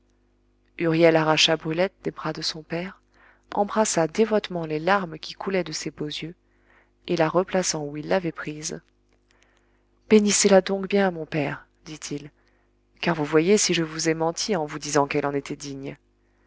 huriel arracha brulette des bras de son père embrassa dévotement les larmes qui coulaient de ses beaux yeux et la replaçant où il l'avait prise bénissez la donc bien mon père dit-il car vous voyez si je vous ai menti en vous disant qu'elle en était digne